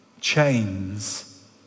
chains